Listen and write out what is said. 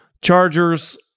Chargers